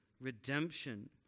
redemption